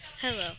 Hello